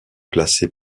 placé